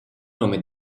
nome